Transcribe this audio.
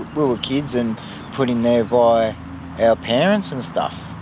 we were kids and put in there by our parents and stuff.